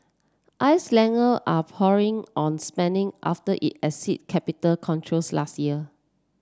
Icelander are pouring on spending after it exited capital controls last year